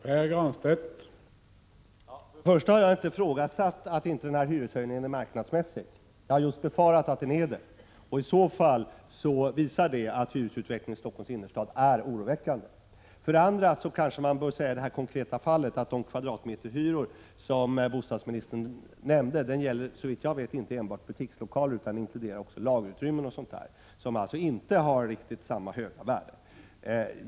Herr talman! För det första har jag inte ifrågasatt om den här hyreshöjningen är marknadsmässig. Jag har just befarat att den är det. Då visar detta att hyresutvecklingen i Stockholms innerstad är oroväckande. För det andra kanske man bör säga i det konkreta fallet att de kvadratmeterhyror som bostadsministern nämnde såvitt jag vet inte gällde bara butikslokaler utan inkluderade lagerutrymmen och annat som alltså inte har riktigt samma höga värde.